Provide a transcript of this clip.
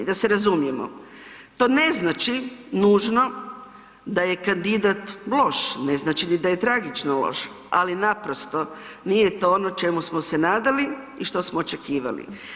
Da se razumijemo, to ne znači nužno da je kandidat loš, ne znači ni da je tragično loš, ali naprosto nije to ono čemu smo se nadali i što smo očekivali.